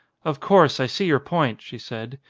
of course, i see your point, she said.